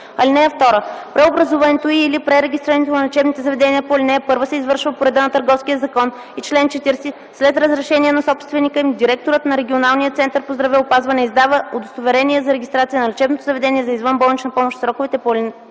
помощ. (2) Преобразуването и/или пререгистрирането на лечебните заведения по ал. 1 се извършва по реда на Търговския закон и на чл. 40 след решение на собственика им. Директорът на регионалния център по здравеопазване издава удостоверение за регистрация на лечебното заведение за извънболнична помощ в сроковете по чл.